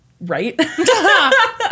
Right